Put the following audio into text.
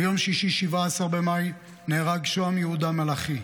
ביום שישי 17 במאי נהרג שוהם יהודה מלאכי,